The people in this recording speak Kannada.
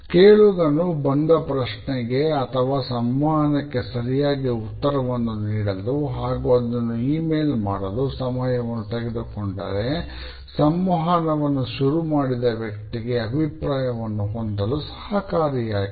ಕೇಳುಗನು ಬಂಡ ಪ್ರಶ್ನೆಗೆ ಅಥವಾ ಸಂವಹನಕ್ಕೆ ಸರಿಯಾಗಿ ಉತ್ತರವನ್ನು ನೀಡಲು ಹಾಗೂ ಅದನ್ನು ಇಮೇಲ್ ಮಾಡಲು ಸಮಯವನ್ನು ತೆಗೆದು ಕೊಂಡರೆ ಸಂವಹನವನ್ನು ಶುರು ಮಾಡಿದ ವ್ಯಕ್ತಿಗೆ ಅಭಿಪ್ರಾಯವನ್ನು ಹೊಂದಲು ಸಹಕಾರಿಯಾಗಿದೆ